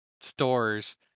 stores